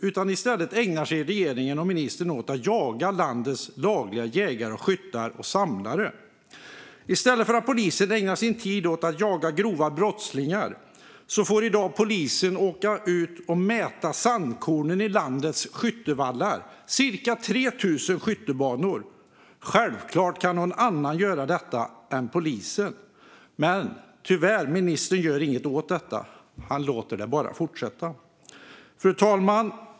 I stället ägnar sig regeringen och ministern åt att jaga landets lagliga jägare, skyttar och samlare. I stället för att ägna sin tid åt att jaga grova brottslingar får polisen i dag åka ut och mäta sandkornen i skjutvallarna på landets cirka 3 000 skjutbanor. Självklart kan någon annan än polisen göra det. Men tyvärr gör ministern inget åt detta. Han låter det bara fortsätta. Fru talman!